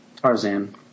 Tarzan